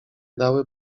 dały